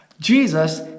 jesus